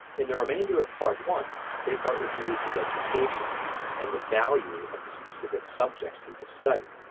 in the remainder of part one descartes reviews his education and the value of the specific subjects he has studied.